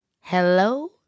Hello